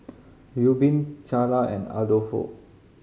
Reubin Charla and Adolfo